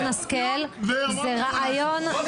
שרן, יש לי הצעה יותר טובה תקימי את כל הועדות.